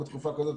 בתקופה כזאת,